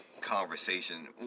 conversation